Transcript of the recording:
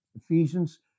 Ephesians